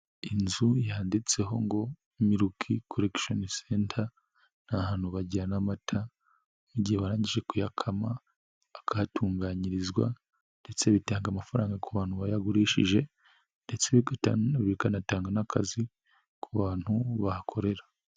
Inzu yanditseho ngo milk colection center, ni ahantu bajyana amata mu gihe barangije kuyakama akahatunganyirizwa ndetse bitanga amafaranga ku bantu bayagurishije ndetse bikanatanga n'akazi ku bantu bahakorera.